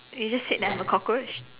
you just said that I'm a cockroach